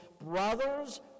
Brothers